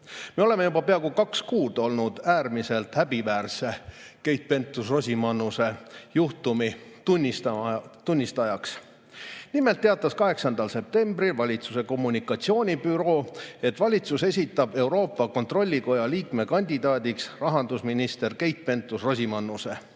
Me oleme juba peaaegu kaks kuud olnud äärmiselt häbiväärse juhtumi, Keit Pentus-Rosimannuse juhtumi tunnistajaks. Nimelt teatas valitsuse kommunikatsioonibüroo 8. septembril, et valitsus esitab Euroopa Kontrollikoja liikme kandidaadiks rahandusminister Keit Pentus-Rosimannuse.